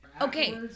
okay